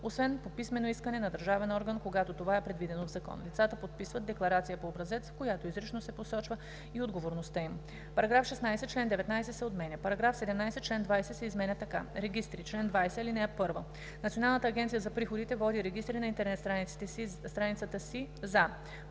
освен по писмено искане на държавен орган, когато това е предвидено в закон. Лицата подписват декларация по образец, в която изрично се посочва и отговорността им.“ § 16. Член 19 се отменя. § 17. Член 20 се изменя така: „Регистри Чл. 20. (1) Националната агенция за приходите води регистри на интернет страницата си за: